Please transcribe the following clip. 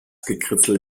gekritzel